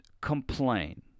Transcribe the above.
complain